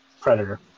Predator